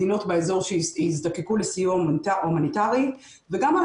מדינות באזור שיזדקקו לסיוע הומניטרי וגם על